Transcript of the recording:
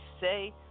say